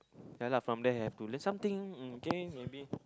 ya lah from there have to learn something um okay maybe